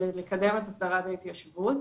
לקדם את הסדרת ההתיישבות.